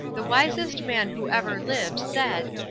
the wisest man who ever lived said,